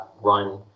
run